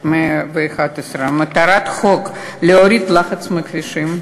מטרת החוק להוריד את הלחץ בכבישים,